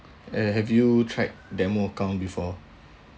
and have you tried demo account before